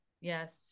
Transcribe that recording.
Yes